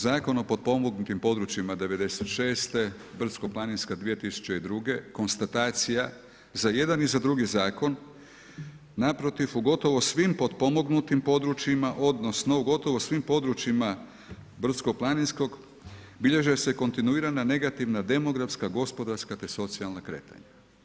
Zakon o potpomognutim područjima '96. brdsko planinska 2002. konstatacija za jedan i za drugi zakon, naprotiv u gotovo svim potpomognutim područjima, odnosno u gotovo svim područjima brdsko planinskog bilježe se kontinuirana negativna demografska, gospodarska te socijalna kretanja.